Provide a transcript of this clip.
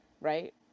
right